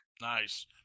nice